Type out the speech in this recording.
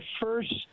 first